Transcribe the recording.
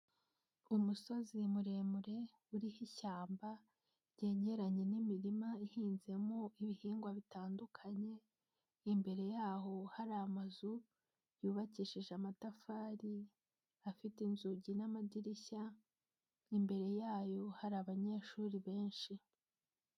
Umusozi muremure uriho ishyamba ryegeranye n'imirima ihinzemo ibihingwa bitandukanye, imbere yaho hari amazu yubakishije amatafari, afite inzugi n'amadirishya, imbere yayo hari abanyeshuri benshi.